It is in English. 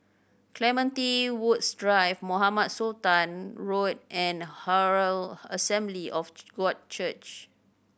Clementi Woods Drive Mohamed Sultan Road and Herald Assembly of God Church